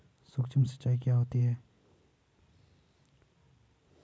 सुक्ष्म सिंचाई क्या होती है?